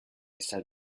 said